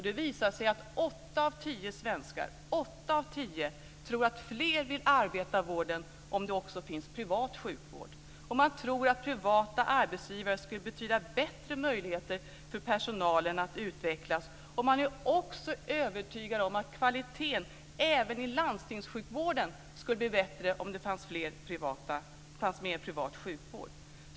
Det visade sig att åtta av tio svenskar tror att fler vill arbeta i vården om det också finns privat sjukvård. Man tror att privata arbetsgivare skulle betyda bättre möjligheter för personalen att utvecklas. Man är också övertygad om att kvaliteten skulle bli bättre även i landstingssjukvården om det fanns mer privat sjukvård.